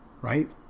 right